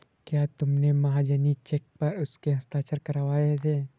क्या तुमने महाजनी चेक पर उसके हस्ताक्षर करवाए थे?